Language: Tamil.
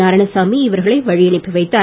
நாராயணசாமி இவர்களை வழியனுப்பி வைத்தார்